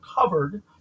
covered